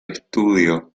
estudio